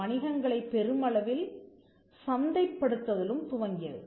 வணிகங்களை பெருமளவில் சந்தைப்படுத்தலும் துவங்கியது